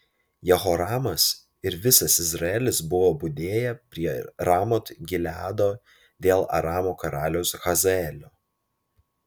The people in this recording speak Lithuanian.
jehoramas ir visas izraelis buvo budėję prie ramot gileado dėl aramo karaliaus hazaelio